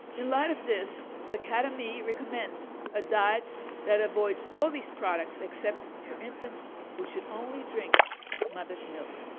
in light of this, the academy recommends a diet that avoids all these products except for infants, who should only drink mother's milk.